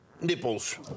nipples